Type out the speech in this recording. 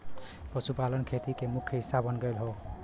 पशुपालन खेती के मुख्य हिस्सा बन गयल हौ